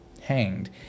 hanged